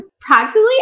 practically